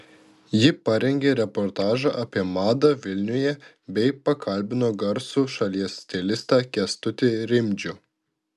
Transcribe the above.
ji parengė reportažą apie madą vilniuje bei pakalbino garsų šalies stilistą kęstutį rimdžių